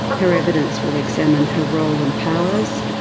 her evidence will examine her role and powers,